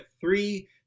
three